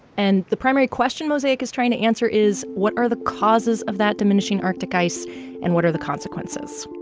and the primary question mosaic is trying to answer is what are the causes of that diminishing arctic ice and what are the consequences?